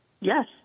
Yes